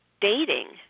Dating